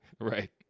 Right